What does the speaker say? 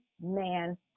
man